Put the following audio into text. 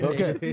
Okay